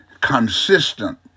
consistent